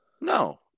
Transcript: No